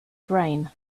brain